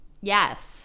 Yes